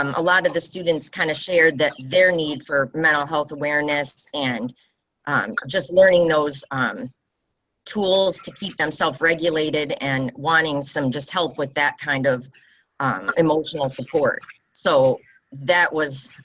um a lot of the students kind of shared that their need for mental health awareness and um just learning those um tools to keep themselves regulated and wanting some just help with that kind of emotional support so that was